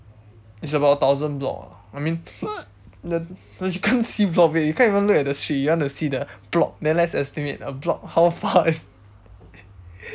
it's about a thousand block lah I mean then you can't see properly you can't even look at the street you want to see the plot then let's estimate a block how far is